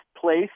place